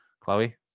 Chloe